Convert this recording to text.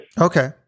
Okay